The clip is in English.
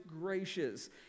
gracious